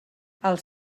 els